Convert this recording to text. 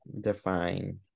define